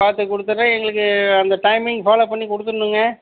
பார்த்து கொடுத்தறேன் எங்களுக்கு அந்த டைம்மிங் ஃபாலோவ் பண்ணி கொடுத்துருனுங்க